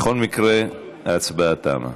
בכל מקרה, ההצבעה תמה.